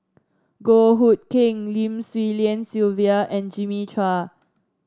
Goh Hood Keng Lim Swee Lian Sylvia and Jimmy Chua